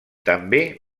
també